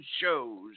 shows